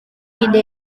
ide